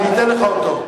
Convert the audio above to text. אני אתן לך אותה.